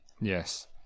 Yes